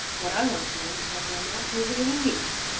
what i want to know is whether or not he is of any use.